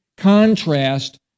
contrast